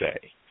say